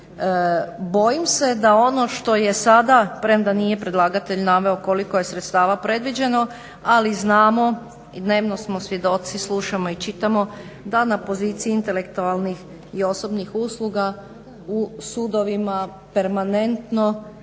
Bojim se da je ono što je sada premda nije predlagatelj naveo koliko je sredstava predviđeno ali znamo i dnevno smo svjedoci, slušamo i čitamo da na poziciji intelektualnih i osobnih usluga u sudovima permanentno